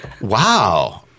wow